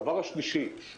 דבר שהוא עבור